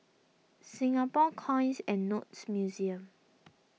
Singapore Coins and Notes Museum